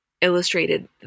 illustrated